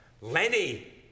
Lenny